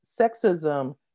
sexism